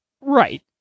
Right